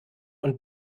und